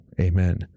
amen